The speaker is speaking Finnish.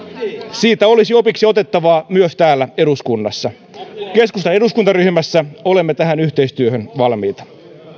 siitä olisi opiksi otettavaa myös täällä eduskunnassa keskustan eduskuntaryhmässä olemme yhteistyöhön valmiita